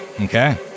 okay